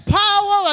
power